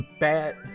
bad